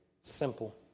simple